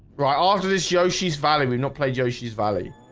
right after this yoshi's valley would not play yoshi's valley